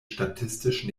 statistisch